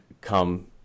come